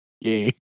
Yay